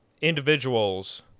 individuals